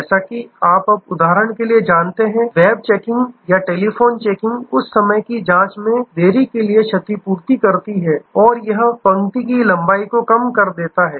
जैसा कि आप अब उदाहरण के लिए जानते हैं वेब चेकिंग या टेलीफ़ोन चेकिंग उस समय की जाँच में देरी के लिए क्षतिपूर्ति करती है और इसलिए यह पंक्ति कतार की लंबाई कम कर देता है